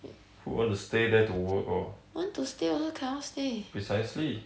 who want to stay there to work orh precisely